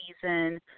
season